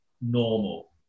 normal